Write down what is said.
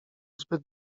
zbyt